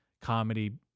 comedy